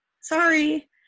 sorry